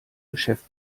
geschäft